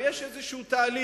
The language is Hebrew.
ויש איזה תהליך.